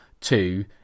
two